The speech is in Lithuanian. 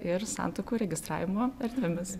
ir santuokų registravimo erdvėmis